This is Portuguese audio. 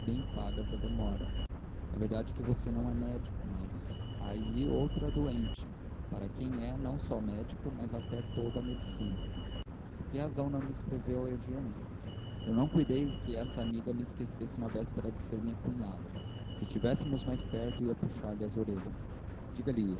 pagas da demora é verdade que você não é médico mas há aí outra doente para quem é não só médico mas até toda a medicina por que razão me não escreveu eugênia eu não cuidei que essa amiga me esquecesse na véspera de ser minha cunhada se estivéssemos mais perto ia puxar lhe as orelhas